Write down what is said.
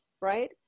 Right